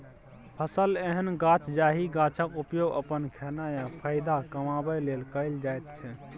फसल एहन गाछ जाहि गाछक उपयोग अपन खेनाइ या फाएदा कमाबै लेल कएल जाइत छै